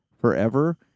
forever